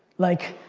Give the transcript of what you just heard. like,